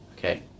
Okay